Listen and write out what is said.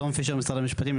תום פישר ממשרד המשפטים.